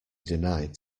denied